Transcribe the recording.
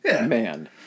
man